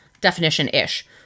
definition-ish